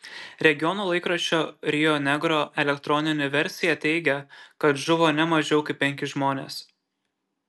regiono laikraščio rio negro elektroninė versija teigia kad žuvo ne mažiau kaip penki žmonės